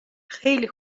خیلی